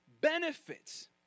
benefits